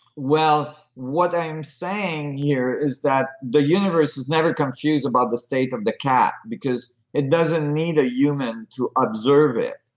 well, what i'm saying here is that the universe is never confused about the state of the cat because it doesn't need a human to observe it.